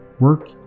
work